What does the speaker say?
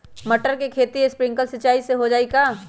मटर के खेती स्प्रिंकलर सिंचाई से हो जाई का?